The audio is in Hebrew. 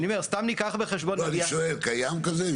קיים כזה?